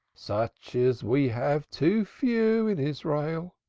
such as we have too few in israel.